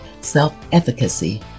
self-efficacy